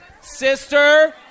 Sister